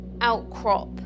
outcrop